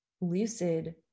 Lucid